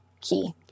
key